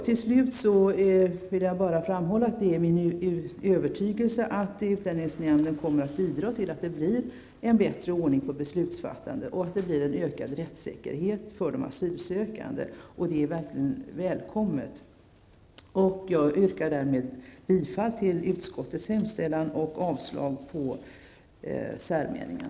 Till slut vill jag bara framhålla att det är min övertygelse att utlänningsnämnden kommer att bidra till att det blir en bättre ordning på beslutsfattandet och att det blir en ökad rättssäkerhet för de asylsökande. Det är verkligen välkommet. Jag yrkar därmed bifall till utskottets hemställan och avslag på meningsyttringen.